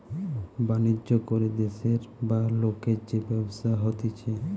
বাণিজ্য করে দেশের বা লোকের যে ব্যবসা হতিছে